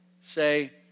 Say